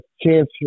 chance